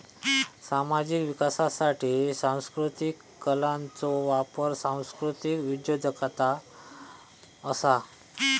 सामाजिक विकासासाठी सांस्कृतीक कलांचो वापर सांस्कृतीक उद्योजगता असा